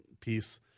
piece